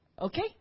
Okay